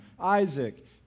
Isaac